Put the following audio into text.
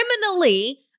criminally